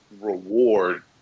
reward